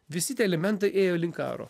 visi tie elementai ėjo link karo